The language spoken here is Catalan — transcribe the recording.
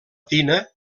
tina